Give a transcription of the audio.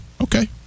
Okay